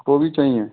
वो भी चाहिएं